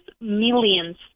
millions